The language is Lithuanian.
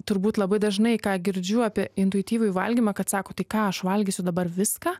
turbūt labai dažnai ką girdžiu apie intuityvų valgymą kad sako tai ką aš valgysiu dabar viską